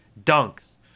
dunks